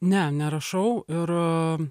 ne nerašau ir